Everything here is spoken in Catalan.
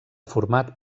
format